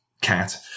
cat